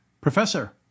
Professor